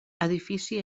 edifici